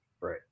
Right